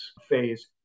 phase